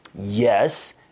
Yes